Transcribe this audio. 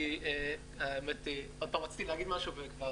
כי האמת היא עוד פעם רציתי להגיד משהו וכבר